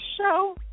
show